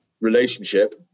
relationship